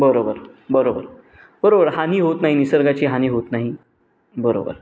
बरोबर बरोबर बरोबर हानी होत नाही निसर्गाची हानी होत नाही बरोबर